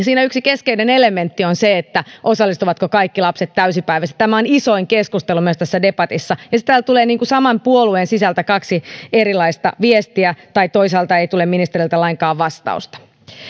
siinä yksi keskeinen elementti on se osallistuvatko kaikki lapset täysipäiväisesti tämä on isoin keskustelu myös tässä debatissa ja sitten täällä tulee saman puolueen sisältä kaksi erilaista viestiä tai toisaalta ei tule ministeriltä lainkaan vastausta